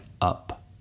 up